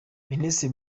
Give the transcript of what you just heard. minisitiri